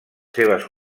seves